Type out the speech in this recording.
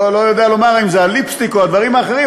לא יודע לומר אם זה על ליפסטיק או על דברים אחרים,